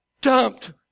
dumped